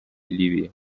ливии